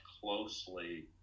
closely